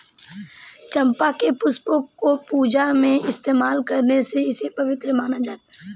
चंपा के पुष्पों को पूजा में इस्तेमाल करने से इसे पवित्र माना जाता